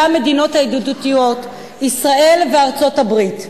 המדינות הידידות ישראל וארצות-הברית,